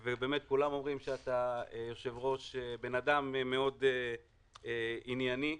אומרים שאתה יושב-ראש, אדם מאוד ענייני,